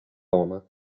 roma